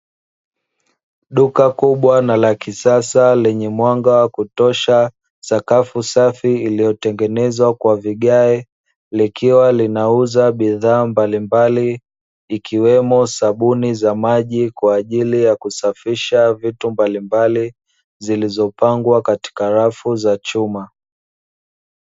Duka kubwa na la kisasa lenye mwanga kutosha, sakafu safi iliyotengenezwa kwa vigae. Likiwa linauza bidhaa mbalimbali ikiwemo sabuni za maji kwa ajili ya kusafisha vitu mbalimbali, zilizopangwa katika rafu za chuma.